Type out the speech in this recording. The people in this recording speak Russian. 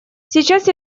сейчас